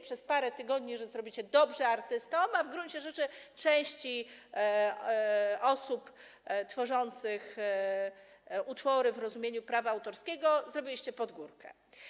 Przez parę tygodni głosiliście, że zrobicie dobrze artystom, a w gruncie rzeczy części osób tworzących utwory w rozumieniu prawa autorskiego zrobiliście pod górkę.